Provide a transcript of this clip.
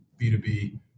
B2B